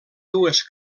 dues